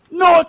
no